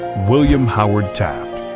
william howard taft